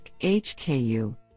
HKU